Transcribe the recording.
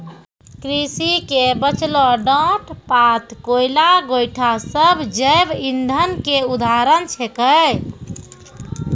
कृषि के बचलो डांट पात, कोयला, गोयठा सब जैव इंधन के उदाहरण छेकै